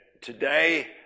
today